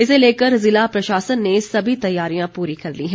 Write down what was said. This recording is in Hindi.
इसे लेकर ज़िला प्रशासन ने सभी तैयारियां पूरी कर ली हैं